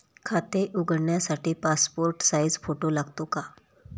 खाते उघडण्यासाठी passport size photo लागतो का?